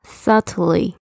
subtly